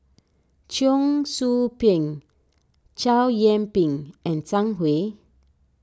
Cheong Soo Pieng Chow Yian Ping and Zhang Hui